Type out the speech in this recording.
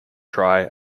try